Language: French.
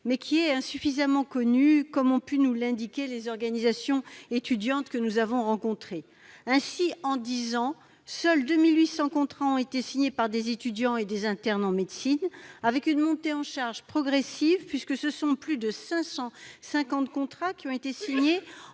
mais qui est insuffisamment connu, comme l'ont indiqué les organisations étudiantes que nous avons rencontrées. Ainsi, en dix ans, seuls 2 800 contrats ont été signés par des étudiants et des internes en médecine, avec une montée en charge progressive, puisque ce sont plus de 550 contrats qui ont été conclus